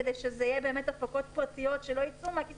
כדי שזה יהיה באמת הפקות פרטיות שלא יצאו מהכיס